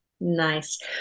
Nice